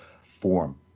form